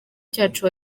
cyacu